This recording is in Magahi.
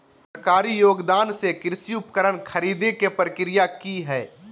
सरकारी योगदान से कृषि उपकरण खरीदे के प्रक्रिया की हय?